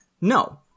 no